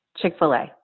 Chick-fil-A